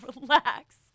relax